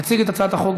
יציג את הצעת החוק,